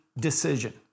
decision